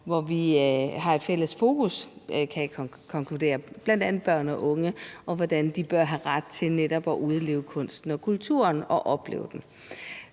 hvor vi har et fælles fokus, kan jeg konkludere, bl.a. på børn og unge, og hvordan de bør have ret til netop at udleve og opleve kunsten og kulturen. Når ordføreren